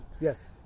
Yes